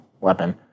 weapon